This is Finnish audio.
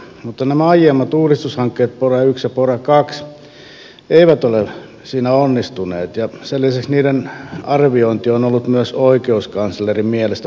mutta nämä aiemmat uudistushankkeet pora i ja pora ii eivät ole siinä onnistuneet ja sen lisäksi niiden arviointi on ollut myös oikeuskanslerin mielestä puutteellista